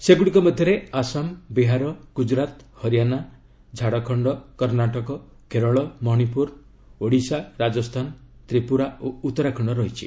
ସେଗ୍ରଡ଼ିକ ମଧ୍ୟରେ ଆସାମ ବିହାର ଗୁଜରାତ ହରିଆନା ଝାଡ଼ଖଣ୍ଡ କର୍ଣ୍ଣାଟକ କେରଳ ମଣିପୁର ଓଡ଼ିଶା ରାଜସ୍ଥାନ ତ୍ରିପୁରା ଓ ଉତ୍ତରାଖଣ୍ଡ ରହିଛି